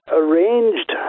arranged